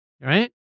Right